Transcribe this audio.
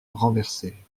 renversée